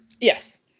Yes